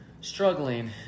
struggling